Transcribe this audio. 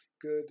Good